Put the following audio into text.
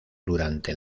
durante